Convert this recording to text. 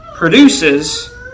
produces